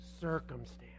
circumstance